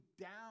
down